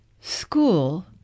School